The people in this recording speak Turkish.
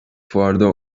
fuarda